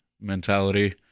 mentality